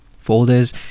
folders